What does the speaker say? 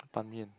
Ban-Mian